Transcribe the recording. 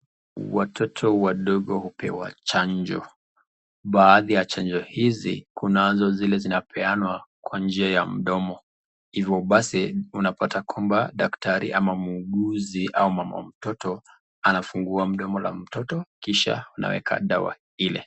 Watoto wadogo hupewa chanjo, baadhi ya chanjo hizi, kunazo zile zinapeanwa kwa njia ya mdomo. Hivo basi tunapata kwamba daktari ama muuguzi au mama mtoto anafungua mdomo la mtoto kisha anaweka dawa Ile.